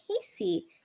Casey